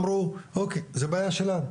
אוקיי, זו בעיה שלה.